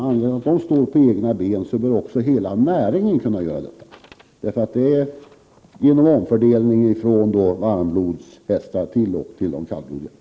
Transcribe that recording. Hästarna står på egna ben, och det bör också hela näringen kunna göra genom en omfördelning från varmblodshästar till de kallblodiga.